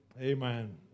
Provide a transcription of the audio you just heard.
Amen